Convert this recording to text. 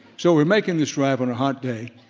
so we're making this drive on a hot day,